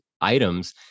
items